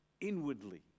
inwardly